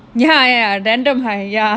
ya ya random hi ya